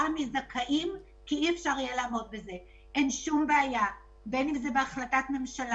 אנחנו חושבים שזה באמת יוסיף מאוד לגביית המסים